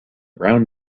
brown